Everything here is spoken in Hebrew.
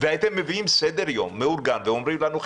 והייתם מביאים סדר יום מאורגן ואומרים לנו,